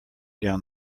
down